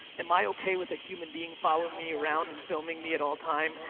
am i okay with a human being following me around and filming me at all times?